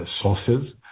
sources